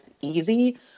easy